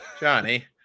johnny